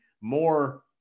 more